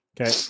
Okay